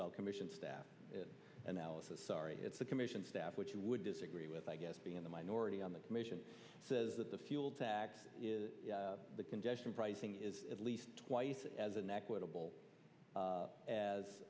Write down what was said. well commission staff analysis sorry it's the commission staff which you would disagree with i guess being in the minority on the commission says that the fuel tax the congestion pricing is at least twice as inequitable